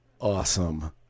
awesome